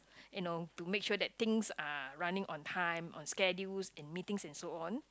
you know to make sure that things are running on time on schedules in meetings and so on